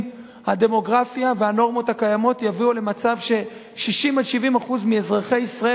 הדמוגרפיה והנורמות הקיימות יביאו למצב ש-60% 70% מאזרחי ישראל,